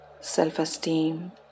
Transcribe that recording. self-esteem